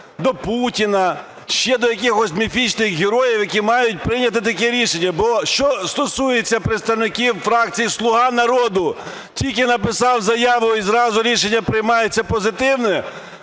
до Путіна, ще до якихось міфічних героїв, які мають прийняти таке рішення? Бо, що стосується представників фракції "Слуга народу", тільки написав заяву – і зразу рішення приймається позитивне.